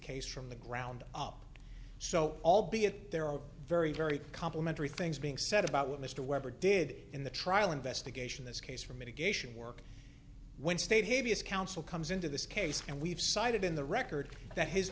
case from the ground up so albeit there are very very complimentary things being said about what mr weber did in the trial investigation this case for mitigation work when state habeas counsel comes into this case and we've cited in the record that his